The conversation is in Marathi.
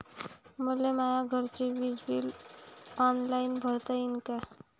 मले माया घरचे विज बिल ऑनलाईन भरता येईन का?